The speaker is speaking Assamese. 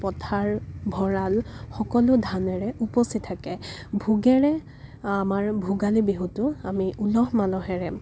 পথাৰ ভঁৰাল সকলো ধানেৰে উপচি থাকে ভোগেৰে আমাৰ ভোগালী বিহুটো আমি উলহ মালহেৰে